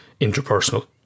interpersonal